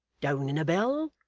down in a bell?